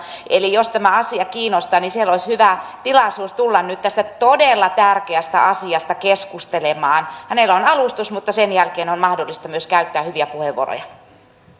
eli jos tämä asia kiinnostaa olisi hyvä tilaisuus tulla nyt tästä todella tärkeästä asiasta keskustelemaan sinne hänellä on alustus mutta sen jälkeen on on mahdollista myös käyttää hyviä puheenvuoroja